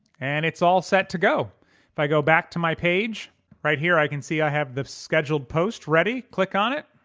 and it's all set to go go back to my page right here i can see i have the scheduled post ready click on it